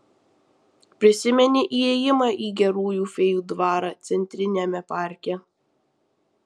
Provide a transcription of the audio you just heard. prisimeni įėjimą į gerųjų fėjų dvarą centriniame parke